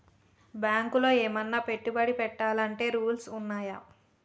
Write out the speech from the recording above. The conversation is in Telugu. బ్యాంకులో ఏమన్నా పెట్టుబడి పెట్టాలంటే రూల్స్ ఉన్నయా?